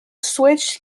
switch